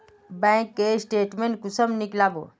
Bank के statement कुंसम नीकलावो?